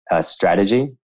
strategy